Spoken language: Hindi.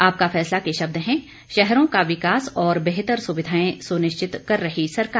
आपका फैसला के शब्द हैं शहरों का विकास और बेहतर सुविधाएं सुनिश्चित कर रही सरकार